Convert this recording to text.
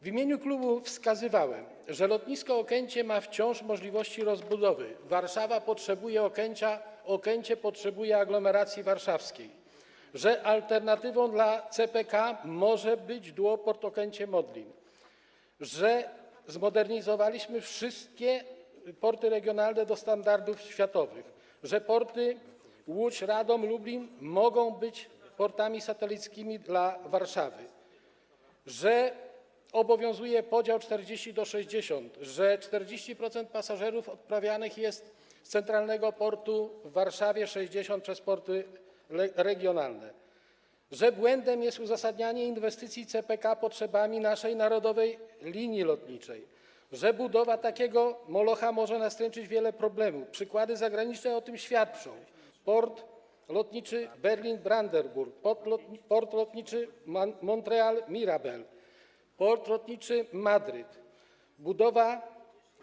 W imieniu klubu wskazywałem, że lotnisko Okęcie ma wciąż możliwości rozbudowy, Warszawa potrzebuje Okęcia, a Okęcie potrzebuje aglomeracji warszawskiej, że alternatywą dla CPK może być duoport Okęcie-Modlin, że zmodernizowaliśmy wszystkie porty regionalne do standardów światowych, że porty Łódź, Radom i Lublin mogą być portami satelickimi dla Warszawy, że obowiązuje podział 40 do 60, bo 40% pasażerów odprawianych jest z centralnego portu w Warszawie, a 60% - przez porty regionalne, że błędem jest uzasadnianie inwestycji CPK potrzebami naszej narodowej linii lotniczej, że budowa takiego molocha może nastręczyć wiele problemów, o czym świadczą przykłady zagraniczne: port lotniczy Berlin-Branderburg, port lotniczy Montreal-Mirabel i port lotniczy Madryt.